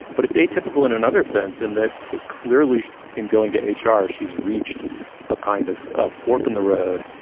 but it's atypical in another sense in that it clearly is going to h r. she's reached a kind of ah fork in the road.